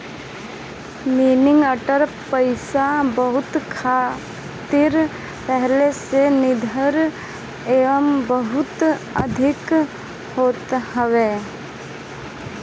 मनी order पईसा भेजला खातिर पहिले से निर्धारित एगो भुगतान आदेश होत हवे